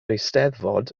eisteddfod